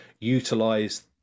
utilize